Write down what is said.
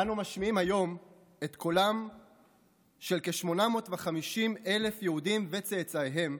אנו משמיעים היום את קולם של כ-850,000 יהודים וצאצאיהם,